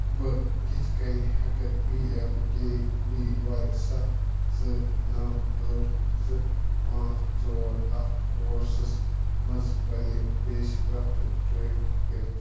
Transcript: بہٕ کِتھ کٔنۍ ہیٚکہٕ P M K V Y سَتھ زٕ نَو ٲٹھ زٕ پانٛژھ ژور اکھ کورسَس منٛز پننہِ پیش رفت ٹرٛیک کٔرتھ